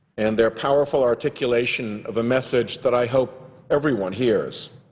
and their powerful articulation of a message that i hope everyone hears.